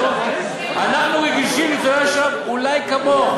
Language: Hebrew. אנחנו רגישים לניצולי השואה אולי כמוך,